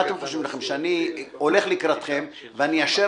מה אתם חושבים לכם שאני הולך לקראתכם ואני אאשר